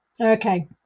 Okay